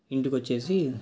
ఇంటికి వచ్చేసి